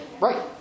Right